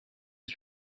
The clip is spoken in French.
est